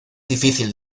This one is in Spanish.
difícil